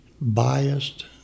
Biased